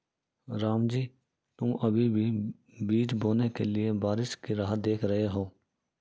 रामजी तुम अभी भी बीज बोने के लिए बारिश की राह देख रहे हो?